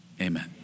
amen